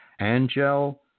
Angel